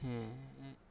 ᱦᱮᱸ